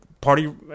party